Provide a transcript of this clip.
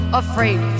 afraid